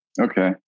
Okay